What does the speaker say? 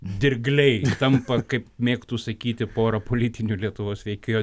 dirgliai tampa kaip mėgtų sakyti pora politinių lietuvos veikėjų